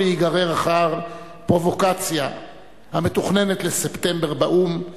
להיגרר אחר הפרובוקציה המתוכננת לספטמבר באו"ם,